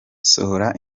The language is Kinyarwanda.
nsohora